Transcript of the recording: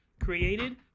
created